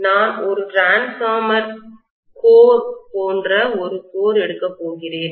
எனவே நான் ஒரு டிரான்ஸ்பார்மர் மின்மாற்றி கோர் போன்ற ஒரு கோர் எடுக்க போகிறேன்